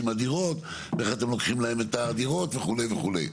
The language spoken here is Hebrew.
מהדירות ואיך אתם לוקחים להם את הדירות וכו' וכו'.